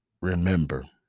remember